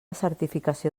certificació